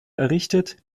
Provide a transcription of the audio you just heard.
errichtet